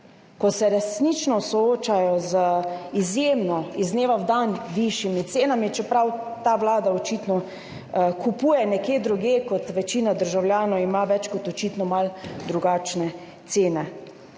ko se resnično soočajo z izjemno visokimi, iz dneva v dan višjimi cenami, čeprav ta vlada očitno kupuje nekje drugje kot večina državljanov, očitno ima več kot malo drugačne cene.